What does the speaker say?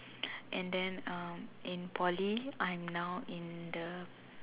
and then um in Poly I'm now in the